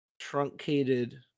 truncated